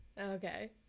Okay